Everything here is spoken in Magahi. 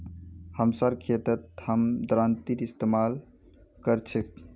हमसार खेतत हम दरांतीर इस्तेमाल कर छेक